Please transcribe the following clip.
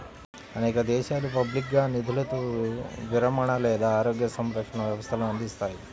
అనేక దేశాలు పబ్లిక్గా నిధులతో విరమణ లేదా ఆరోగ్య సంరక్షణ వ్యవస్థలను అందిస్తాయి